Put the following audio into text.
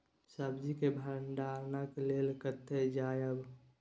सब्जी के भंडारणक लेल कतय जायब?